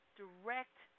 direct